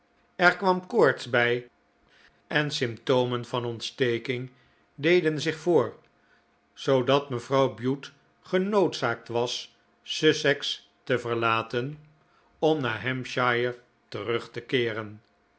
er kwam koorts bij en symptomen van ontsteking deden zich voor zoodat mevrouw bute genoodzaakt was sussex te verlaten om naar hampshire terug te keeren